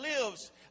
lives